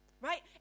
Right